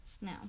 no